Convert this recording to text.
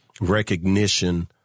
recognition